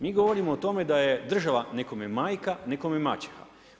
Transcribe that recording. Mi govorimo o tome da je država nekome majka, nekome maćeha.